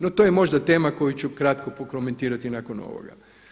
No to je možda temu koju ću kratko prokomentirati nakon ovoga.